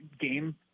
game